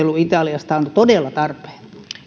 käyty keskustelu italiasta on todella tarpeen